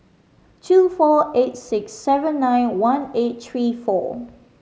two four eight six seven nine one eight three four